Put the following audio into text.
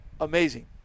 amazing